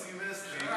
הוא סימס לי.